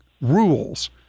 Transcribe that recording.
rules